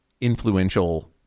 influential